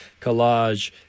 Collage